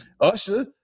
Usher